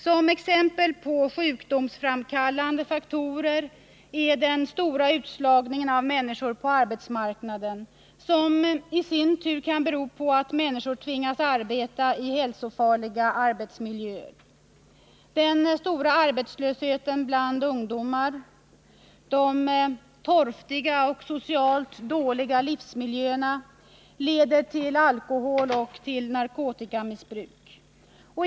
Ett exempel på sjukdomsframkallande faktorer är den stora utslagningen av människor på arbetsmarknaden, som i sin tur kan bero på att människor tvingas arbeta i hälsofarliga arbetsmiljöer. Den stora arbetslösheten bland ungdomar, de torftiga och socialt dåliga livsmiljöerna leder till alkoholoch narkotikamissbruk.